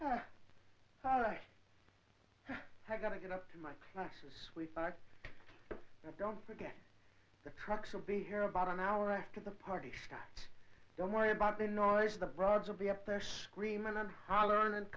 have got to get up to my classes we thought but don't forget the crocs will be here about an hour after the party scott don't worry about the noise the broads will be up there screaming and hollering and